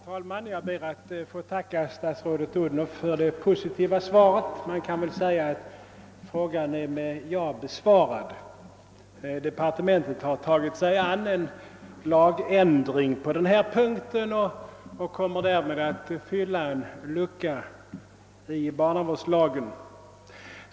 Herr talman! Jag ber att få tacka statsrådet fru Odhnoff för det positiva svaret. Man kan säga att min fråga har blivit med ja besvarad; departementet har tagit sig an en lagändring på denna punkt och kommer därmed att fylla en lucka i barnavårdslagen.